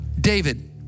David